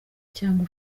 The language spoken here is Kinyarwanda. cyangwa